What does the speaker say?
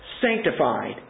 sanctified